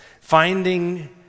Finding